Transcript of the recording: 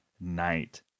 Night